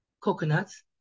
coconuts